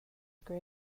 grey